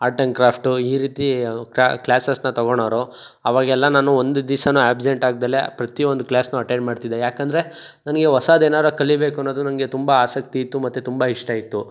art and craft ಈ ರೀತಿ ಕ್ಲಾಸಸ್ನ ತಗೊಳೋರು ಅವಾಗೆಲ್ಲ ನಾನು ಒಂದು ದಿಸ ಆ್ಯಬ್ಸೆಂಟ್ ಆಗ್ದಲೆ ಪ್ರತಿ ಒಂದು ಕ್ಲಾಸ್ನು ಅಟೆಂಡ್ ಮಾಡ್ತಿದ್ದೆ ಯಾಕಂದರೆ ನನಗೆ ಹೊಸಾದೇನಾರ ಕಲೀಬೇಕು ಅನ್ನೋದು ನಂಗೆ ತುಂಬ ಆಸಕ್ತಿ ಇತ್ತು ಮತ್ತು ತುಂಬ ಇಷ್ಟ ಇತ್ತು